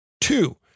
Two